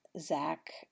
Zach